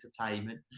entertainment